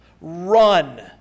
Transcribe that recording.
Run